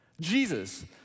Jesus